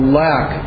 lack